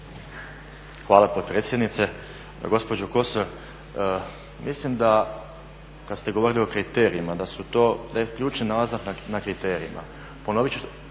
Hvala potpredsjednice. Gospođo Kosor, mislim da kad ste govorili o kriterijima, da su to, da je ključan naglasak na kriterijima. Ponovit ću